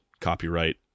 copyright